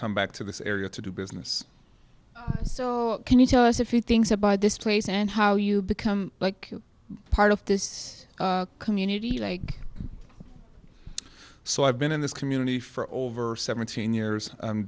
come back to this area to do business so can you tell us a few things i buy this place and how you become like part of this community like so i've been in this community for over seventeen years